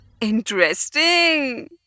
Interesting